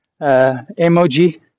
emoji